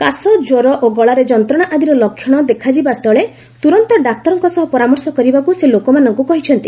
କାଶ କ୍ୱର ଓ ଗଳାରେ ଯନ୍ତ୍ରଣା ଆଦିର ଲକ୍ଷଣ ଦେଖାଯିବାସ୍ଥଳେ ତ୍ରରନ୍ତ ଡାକ୍ତରଙ୍କ ସହ ପରାମର୍ଶ କରିବାକୁ ସେ ଲୋକମାନଙ୍କୁ କହିଛନ୍ତି